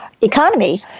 economy